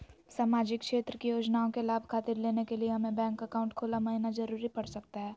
सामाजिक क्षेत्र की योजनाओं के लाभ खातिर लेने के लिए हमें बैंक अकाउंट खोला महिना जरूरी पड़ सकता है?